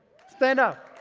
stand up.